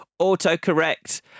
autocorrect